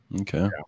Okay